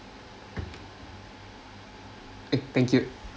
thank you